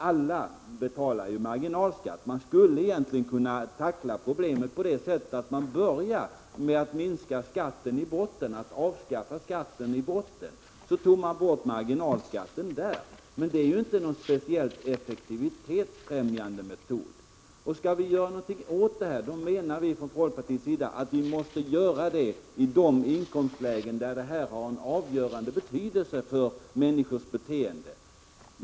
Alla betalar ju marginalskatt, och problemet skulle egentligen kunna tacklas på det sättet att marginalskatten i bottenskiktet togs bort. Det är emellertid inte någon speciellt effektivitetsfrämjande metod. Om det skall göras någonting åt marginalskatterna anser folkpartiet att det måste göras i de inkomstlägen där skatten har en avgörande betydelse för människors beteende.